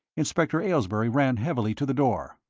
inspector aylesbury ran heavily to the door.